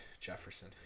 Jefferson